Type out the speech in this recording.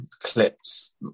clips